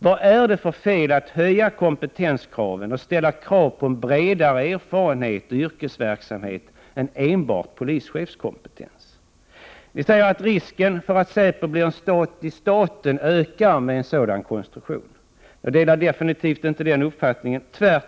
Vad är det för fel på att höja kompetenskraven och ställa krav på bredare erfarenhet och yrkesverksamhet än enbart polischefskompetens? Ni säger att risken för att säpo blir en stat i staten ökar med en sådan konstruktion. Jag delar definitivt inte den uppfattningen.